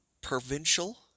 provincial